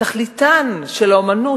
תכליתן של האמנות,